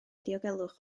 diogelwch